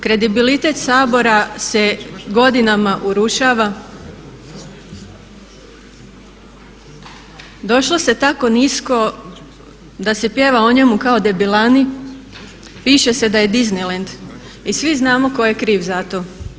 Kredibilitet Sabora se godinama urušava, došlo se tako nisko da se pjeva o njemu kao debilani, piše se da je Disneyland i svi znamo tko je kriv za to.